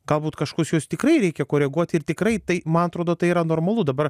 galbūt kažkokius juos tikrai reikia koreguoti ir tikrai tai man atrodo tai yra normalu dabar